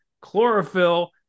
chlorophyll